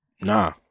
nah